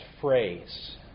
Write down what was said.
phrase